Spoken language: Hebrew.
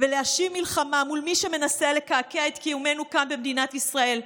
ולהשיב מלחמה מול מי שמנסה לקעקע את קיומנו כאן במדינת ישראל,